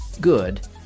good